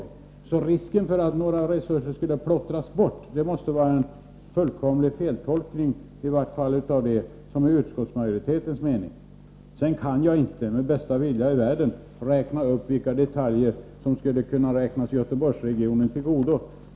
Den som talar om risken för att några resurser skulle plottras bort måste ha gjort en fullkomlig feltolkning av utskottsmajoritetens mening. Sedan kan jag inte med bästa vilja i världen redogöra för vilka detaljer som kan räknas Göteborgsregionen till godo.